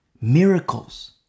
miracles